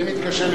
אני מתקשה,